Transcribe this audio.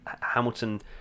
Hamilton